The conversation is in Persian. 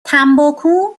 تنباکو